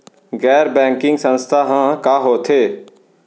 गैर बैंकिंग संस्था ह का होथे?